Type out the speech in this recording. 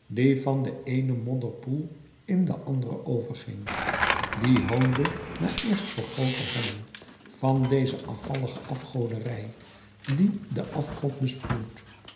van den eenen modderpoel in den anderen overging die hoonde na eerst vergood te hebben van deze afvallige afgoderij die den afgod